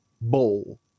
bowl